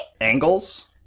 Angles